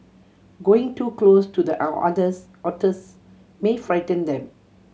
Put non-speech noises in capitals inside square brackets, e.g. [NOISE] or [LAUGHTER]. going too close to the [UNINTELLIGIBLE] otters may frighten them